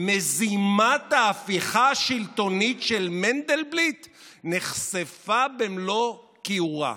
"מזימת ההפיכה השלטונית של מנדלבליט נחשפה במלוא כיעורה".